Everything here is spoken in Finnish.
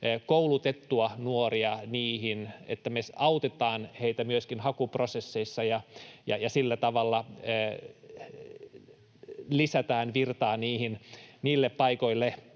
koulutettua nuoria niihin, että me autetaan heitä myöskin hakuprosesseissa ja sillä tavalla lisätään virtaa niille paikoille,